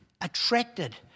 attracted